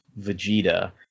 Vegeta